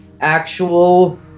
actual